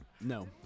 No